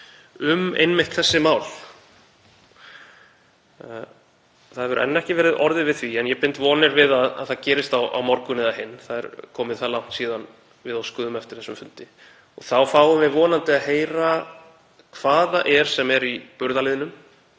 nefndinni um þessi mál. Ekki hefur enn verið orðið við því en ég bind vonir við að það gerist á morgun eða hinn. Það er liðið það langt síðan við óskuðum eftir þessum fundi. Þá fáum við vonandi að heyra hvað það er sem er í burðarliðnum,